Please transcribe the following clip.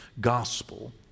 gospel